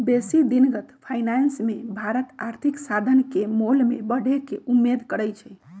बेशी दिनगत फाइनेंस मे भारत आर्थिक साधन के मोल में बढ़े के उम्मेद करइ छइ